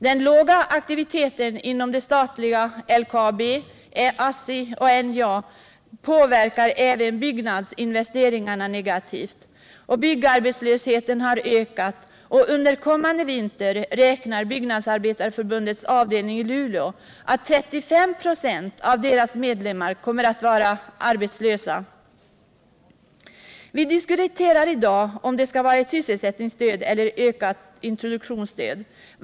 Den låga aktiviteten inom de statliga LKAB, ASSI och NJA påverkar även byggnadsinvesteringarna negativt och byggarbetslösheten har ökat. Under kommande vinter räknar Byggnadsarbetareförbundets avdelning i Luleå med att 35 96 av medlemmarna kommer att vara arbetslösa. Vi diskuterar i dag om det skall vara ett sysselsättningsstöd eller ett ökat introduktionsstöd.